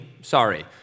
sorry